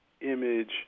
image